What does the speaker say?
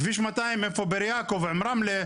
כביש 200 איפה שבאר יעקב עם רמלה,